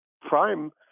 prime